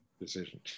decision